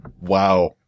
Wow